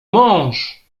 mąż